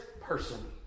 person